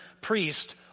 priest